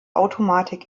automatik